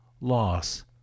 Loss